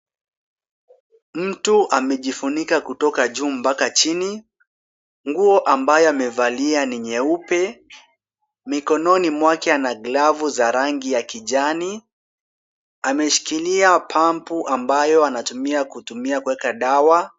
Mtu amejifunika kutoka juu mpaka chini. Nguo ambayo amevalia ni nyeupe. Mikononi mwake ana glavu za rangi ya kijani. Ameshikilia pump ambayo anatumia kutumia kuweka dawa.